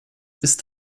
ist